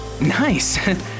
Nice